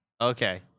Okay